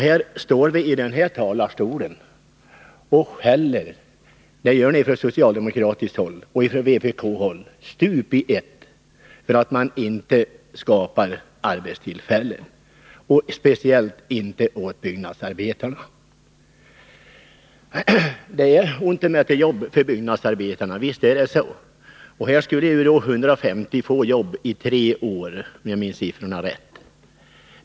Här står ni från socialdemokratiskt håll och från vpk-håll stup i ett i riksdagens talarstol och skäller för att man inte skapar arbetstillfällen, särskilt för byggnadsarbetarna. Och det är ont om jobb för byggnadsarbetarna — visst är det det. Här skulle, om jag minns siffrorna rätt, 150 få jobb i tre år.